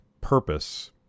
purpose